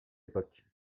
époque